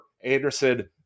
Anderson